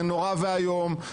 זה נורא ואיום,